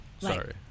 Sorry